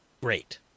Great